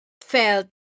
felt